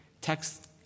text